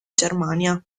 germania